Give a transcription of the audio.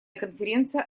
конференция